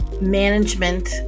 management